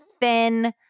thin